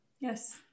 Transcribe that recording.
yes